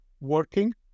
working